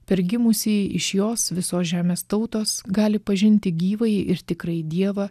per gimusįjį iš jos visos žemės tautos gali pažinti gyvąjį ir tikrąjį dievą